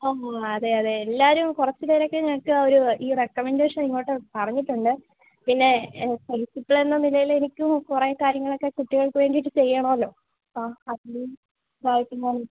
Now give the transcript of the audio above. ഓ ഹോ അതെ അതെ എല്ലാവരും കുറച്ചുപേരൊക്കെ ഞങ്ങൾക്ക് ഒരു ഇ റെക്കമെൻഡേഷൻ ഇങ്ങോട്ട് പറഞ്ഞിട്ടുണ്ട് പിന്നെ പ്രിൻസിപ്പലെന്ന നിലയിൽ എനിക്കും കുറെ കാര്യങ്ങളൊക്കെ കുട്ടികൾക്ക് വേണ്ടിയിട്ട് ചെയ്യണമല്ലോ അപ്പം അതിന്